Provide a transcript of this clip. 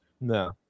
No